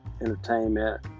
entertainment